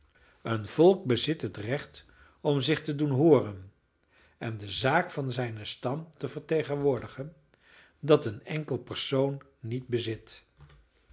een volk bezit het recht om zich te doen hooren en de zaak van zijnen stam te vertegenwoordigen dat een enkel persoon niet bezit